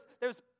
theres